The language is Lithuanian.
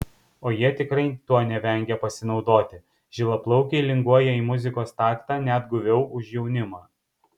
o jie tikrai tuo nevengia pasinaudoti žilaplaukiai linguoja į muzikos taktą net guviau už jaunimą